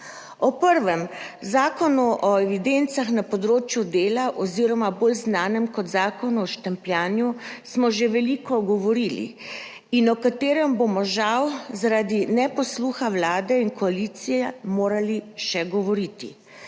O prvem, Zakonu o evidencah na področju dela in socialne varnosti oziroma bolj znanem kot zakonu o štempljanju, smo že veliko govorili in o njem bomo žal zaradi neposluha vlade in koalicije morali še govoriti.